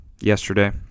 yesterday